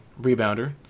rebounder